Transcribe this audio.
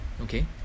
okay